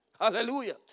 Hallelujah